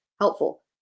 helpful